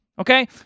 Okay